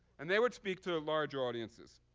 and they would speak to large audiences.